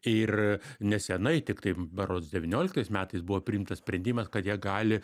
ir nesenai tiktai berods devynioliktais metais buvo priimtas sprendimas kad jie gali